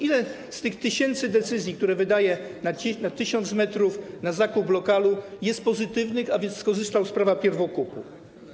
Ile z tych tysięcy decyzji, które wydaje na 1000 m na zakup lokalu, jest pozytywnych, a więc skorzystał z prawa pierwokupu?